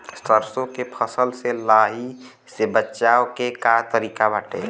सरसो के फसल से लाही से बचाव के का तरीका बाटे?